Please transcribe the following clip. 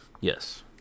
yes